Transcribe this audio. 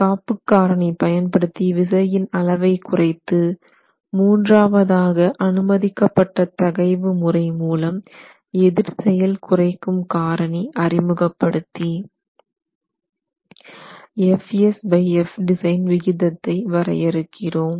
காப்புக் காரணி பயன்படுத்தி விசையின் அளவை குறைத்து மூன்றாவதாக அனுமதிக்கப்பட்ட தகைவு முறை மூலம் எதிர் செயல் குறைக்கும் காரணி அறிமுகப்படுத்தி Fs Fdesign விகிதத்தை வரையறுக்கிறோம்